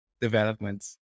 developments